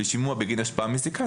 לשימוע בגין השפעה מזיקה,